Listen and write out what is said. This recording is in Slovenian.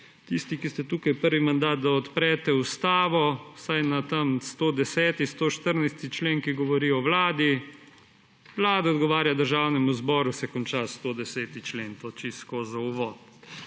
tisti, ki ste tukaj prvi mandat, odprete Ustavo, vsaj 110., 114. člen, ki govori o Vladi. »Vlada odgovarja Državnemu zboru,« se konča 110. člen. To čisto tako za uvod.